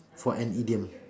for an idiom